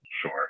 Sure